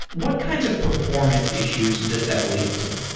what kinds of performance issues does that lead to?